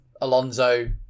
Alonso